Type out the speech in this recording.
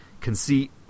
conceit